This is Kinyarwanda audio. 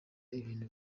ibintu